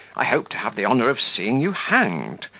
i hope to have the honour of seeing you hanged.